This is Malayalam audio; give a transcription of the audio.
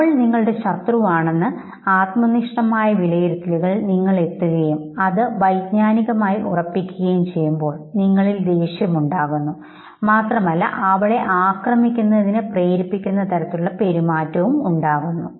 അവൾ നിങ്ങളുടെ ശത്രുവാണെന്ന് ആത്മനിഷ്ഠമായ വിലയിരുത്തലുകളിൽ നിങ്ങൾ എത്തുകയും അത് വൈജ്ഞാനികമായി ഉറപ്പിക്കുകയും ചെയ്യുമ്പോൾ നിങ്ങളിൽ ദേഷ്യം ഉണ്ടാകുന്നു മാത്രമല്ല അവളെ ആക്രമിക്കുന്നതിനു പ്രേരിപ്പിക്കുന്ന പെരുമാറ്റവും ഉണ്ടാകുന്നു